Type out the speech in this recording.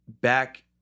back